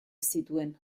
zituen